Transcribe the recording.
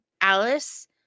Alice